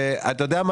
ואתה יודע מה?